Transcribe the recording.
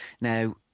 now